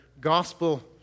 gospel